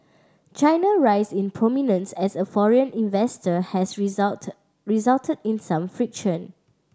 China rise in prominence as a foreign investor has result result in some friction